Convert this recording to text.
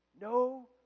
no